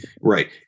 right